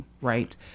right